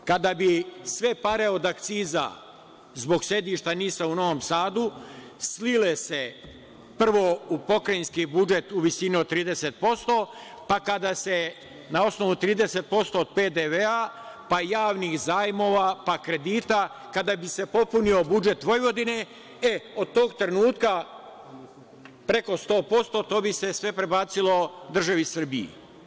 Kada bi sve pare od akciza, zbog sedišta NIS-a u Novom Sadu, slile se prvo u pokrajinski budžet u visini od 30%, pa kada se na osnovu 30% od PDV, pa javnih zajmova, pa kredita, kada bi se popunio budžet Vojvodine, e, od tog trenutka, preko 100%, to bi se sve prebacilo državi Srbiji.